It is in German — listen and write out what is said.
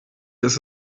ist